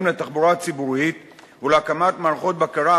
לתחבורה הציבורית ולהקמת מערכות בקרה,